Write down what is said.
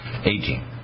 aging